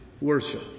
worship